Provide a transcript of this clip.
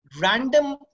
random